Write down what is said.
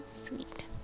sweet